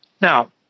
Now